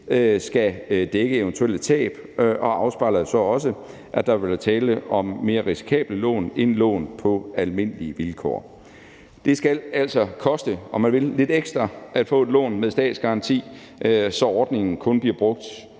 skal dække eventuelle tab, og afspejler jo så også, at der vil være tale om mere risikable lån end lån på almindelige vilkår. Det skal altså koste, om man vil, lidt ekstra at få et lån med statsgaranti, så ordningen kun bliver brugt